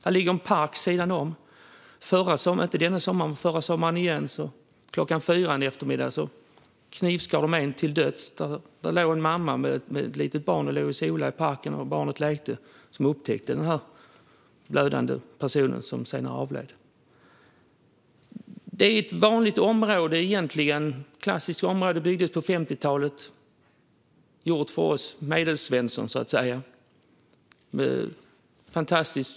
Det ligger en park vid sidan om. Inte i somras utan sommaren före knivskar de en till döds där klockan fyra. En mamma med ett litet barn låg och solade i parken, och barnet lekte och upptäckte den blödande personen, som senare avled. Det är ett vanligt område egentligen, ett klassiskt område byggt på 50talet, gjort för oss medelsvenssons, så att säga. Det var fantastiskt.